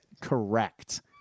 Correct